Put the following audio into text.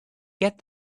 get